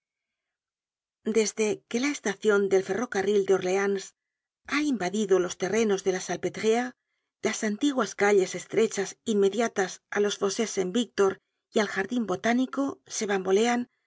desde que la estacion del ferro carril de orleans ha invadido los terrenos de la salpetriere las antiguas calles estrechas inmediatas á los fossós saint victor y al jardin botánico se bambolean